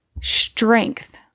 Strength